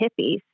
hippies